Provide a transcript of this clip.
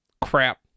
Crap